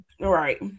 right